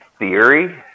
theory